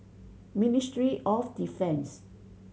Ministry of Defence